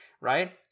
Right